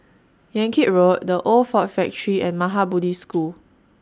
Yan Kit Road The Old Ford Factory and Maha Bodhi School